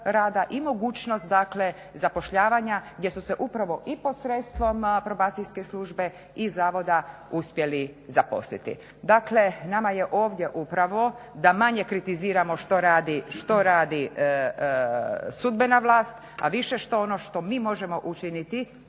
i mogućnost dakle zapošljavanja gdje su se upravo i posredstvom Probacijske službe i zavoda uspjeli zaposliti. Dakle, nama je ovdje upravo da manje kritiziramo što radi Sudbena vlast, a više ono što mi možemo učiniti,